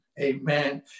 Amen